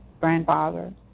grandfather